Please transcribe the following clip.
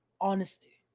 honesty